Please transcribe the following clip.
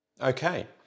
Okay